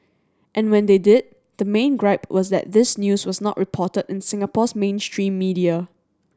and when they did the main gripe was that this news was not reported in Singapore's mainstream media